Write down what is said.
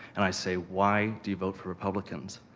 and i say, why do you vote for republicans?